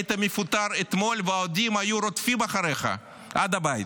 היית מפוטר אתמול והאוהדים היו רודפים אחריך עד הבית.